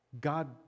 God